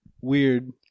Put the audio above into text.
weird